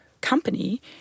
company